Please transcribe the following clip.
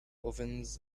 ovens